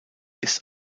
ist